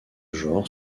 genre